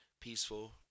peaceful